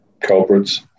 culprits